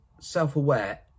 self-aware